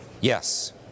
Yes